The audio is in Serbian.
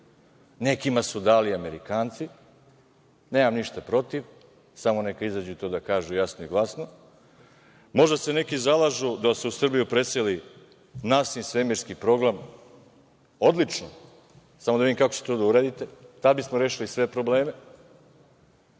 Nekima su dali Amerikanci, nemam ništa protiv, samo neka izađu tu da kažu jasno i glasno. Možda se neki zalažu da se u Srbiju preseli NASIN svemirski program. Odlično, samo da vidim kako ćete to da uradite, tad bismo rešili sve probleme. Narod